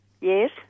Yes